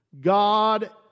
God